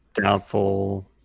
Doubtful